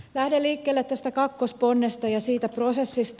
lähden liikkeelle tästä kakkosponnesta ja siitä prosessista